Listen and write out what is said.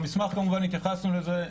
במסמך כמובן התייחסנו לזה.